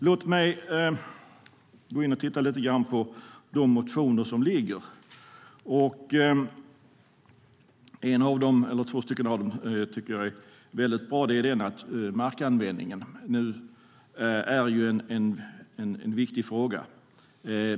Låt mig gå in och titta lite grann på de motioner som föreligger. Två stycken av dem tycker jag är väldigt bra. Den ena handlar om att markanvändningen nu är en viktig fråga.